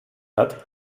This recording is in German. hat